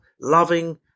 loving